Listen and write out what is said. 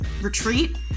retreat